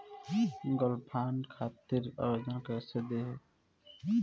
Gold bond खातिर आवेदन कैसे दिही?